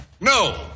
No